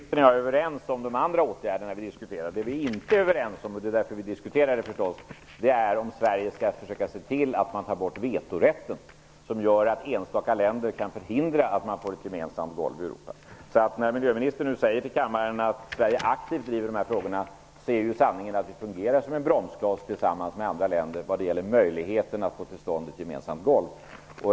Herr talman! Miljöministern och jag är överens om de andra åtgärderna vi diskuterade. Det vi inte är överens om, och som vi därför diskuterar, är om Sverige skall försöka se till att man tar bort vetorätten. Den gör att enstaka länder kan förhindra att man får ett gemensamt golv i Europa. När miljöministern säger till kammaren att Sverige aktivt driver de här frågorna är sanningen att vi fungerar som en bromskloss tillsammans med andra länder vad gäller möjligheterna att få till stånd ett gemensamt golv.